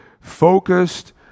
focused